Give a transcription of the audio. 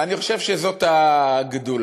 ואני חושב שזאת הגדולה.